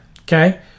Okay